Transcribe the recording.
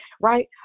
right